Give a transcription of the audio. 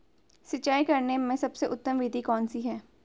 सिंचाई करने में सबसे उत्तम विधि कौन सी है?